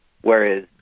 whereas